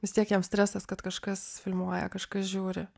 vis tiek jam stresas kad kažkas filmuoja kažkas žiūri